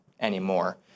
anymore